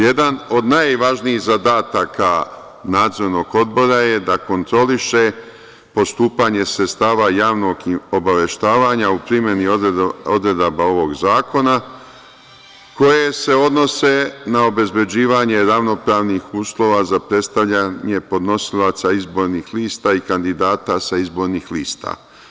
Jedan od najvažnijih zadataka Nadzornog odbora je da kontroliše postupanje sredstava javnog obaveštavanja u primeni odredaba ovog zakona, koje se odnose na obezbeđivanje ravnopravnih uslova za predstavljanje podnosilaca izbornih lista i kandidata sa izbornih lista.